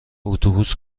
اتوبوس